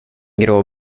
grå